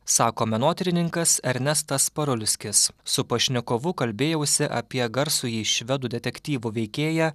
sako menotyrininkas ernestas parulskis su pašnekovu kalbėjausi apie garsųjį švedų detektyvų veikėją